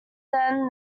then